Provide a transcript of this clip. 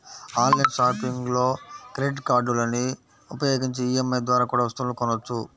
online షాపింగ్లో credit కార్డులని ఉపయోగించి ఈ.ఎం.ఐ ద్వారా కూడా వస్తువులను కొనొచ్చు